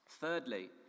Thirdly